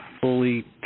fully